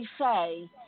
say